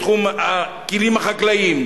בתחום הכלים החקלאיים,